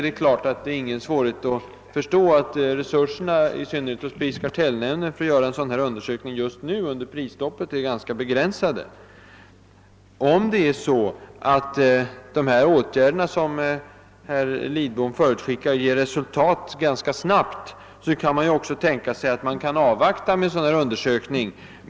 Det är ingen svårighet att förstå att resurserna, i Synnerhet hos prisoch kartellnämnden, för att göra en sådan undersökning just nu under prisstoppet är ganska begränsade. Om de åtgärder som statsrådet Lidbom förutskickat ger resultat ganska snabbt, kan man naturligtvis vänta med en sådan utredning.